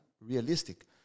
realistic